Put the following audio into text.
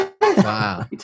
Wow